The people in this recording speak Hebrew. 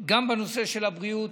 גם בנושא של הבריאות,